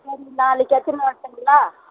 சரி நாளைக்கு எடுத்துன்னு வரட்டுங்களா